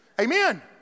Amen